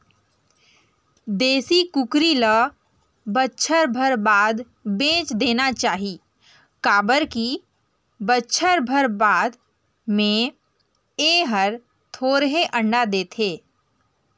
देसी कुकरी ल बच्छर भर बाद बेच देना चाही काबर की बच्छर भर बाद में ए हर थोरहें अंडा देथे